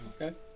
Okay